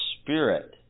spirit